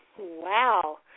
Wow